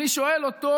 אני שואל אותו: